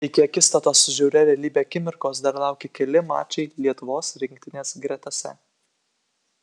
iki akistatos su žiauria realybe akimirkos dar laukė keli mačai lietuvos rinktinės gretose